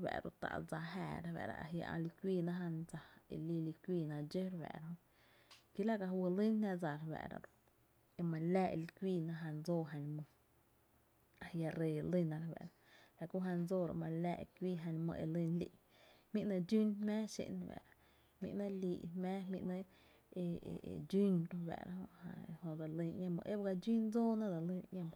fa’ ro tá’ dsa jáaá re fáá’ra a jia’ ä’ li kuiina jan dsa e lii li kuiina dxó re fáá’ra kie la kapíí’ lyn jna dsa re fáá’ra e ma li laa e kuiina jan dsoo jan my, a jia’ ree lyna re fáá’ra la ku jan dsoo ma li laa dse li kuii jan my e lyn lí’n, jmí’ ‘nɇɇ’ dxún jmⱥⱥ x’en re fáá’ra jmí’ nɇɇ’ lii jmáá, jmi ‘nɇɇ dxún e jö ba lyn ñee my e by ga dxún dsóo nɇ dse lýn ‘ñee my